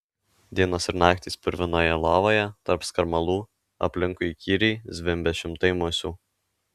dienos ir naktys purvinoje lovoje tarp skarmalų aplinkui įkyriai zvimbia šimtai musių